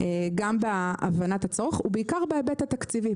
גם בהבנת הצורך ובעיקר בהיבט התקציבי.